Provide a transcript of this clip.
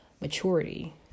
maturity